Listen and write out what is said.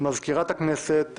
מזכירת הכנסת,